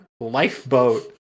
lifeboat